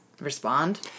respond